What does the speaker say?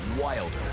wilder